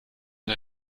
der